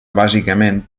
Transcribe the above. bàsicament